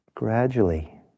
gradually